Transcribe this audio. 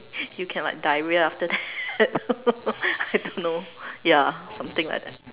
you can like diarrhea after that I don't know ya something like that